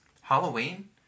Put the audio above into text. Halloween